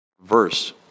verse